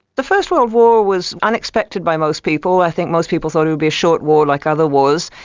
the first world war was unexpected by most people. i think most people thought it would be a short war like other wars,